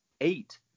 eight